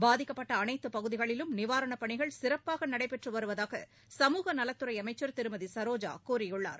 பாதிக்கப்பட்டஅனைத்துப் பகுதிகளிலும் நிவாரணப் பணிகள் சிறப்பாகநடைபெற்றுவருவதாக சமூக நலத்துறைஅமைச்சர் திருமதிசரோஜாகூறியுள்ளார்